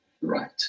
right